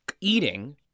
eating